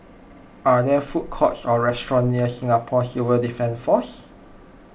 are there food courts or restaurants near Singapore Civil Defence force